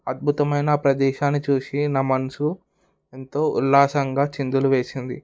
అద్భుతమైన ప్రదేశాన్ని చూసి నా మనసు ఎంతో ఉల్లాసంగా చిందులు వేసింది